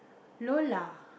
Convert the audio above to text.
Lola